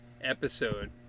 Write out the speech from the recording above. episode